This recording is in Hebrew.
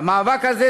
והמאבק הזה,